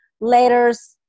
letters